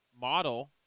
model